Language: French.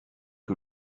que